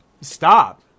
Stop